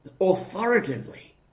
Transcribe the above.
authoritatively